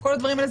כל הדברים האלה,